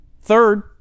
Third